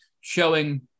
showing